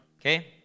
okay